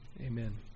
Amen